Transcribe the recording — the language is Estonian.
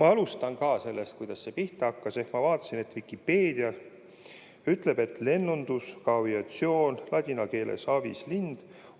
Ma alustan ka sellest, kuidas see pihta hakkas. Ma vaatasin, et Vikipeedia ütleb, et lennundus (ka aviatsioon, ladina keelesavis'lind')